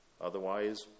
Otherwise